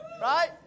Right